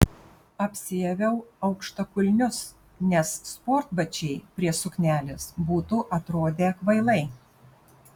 apsiaviau aukštakulnius nes sportbačiai prie suknelės būtų atrodę kvailai